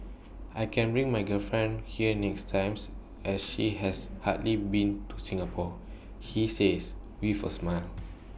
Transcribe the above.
I can bring my girlfriend here next times as she has hardly been to Singapore he says with A smile